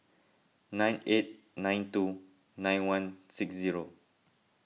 nine eight nine two nine one six zero